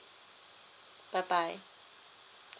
bye bye